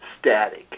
static